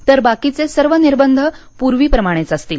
तर बाकीचे सर्व निर्बंध पूर्वीप्रमाणेच असतील